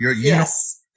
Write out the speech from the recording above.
Yes